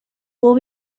will